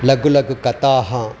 लघुलघुकथाः